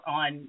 on